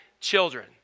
children